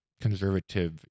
conservative